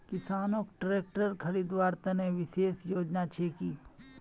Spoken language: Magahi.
किसानोक ट्रेक्टर खरीदवार तने विशेष योजना छे कि?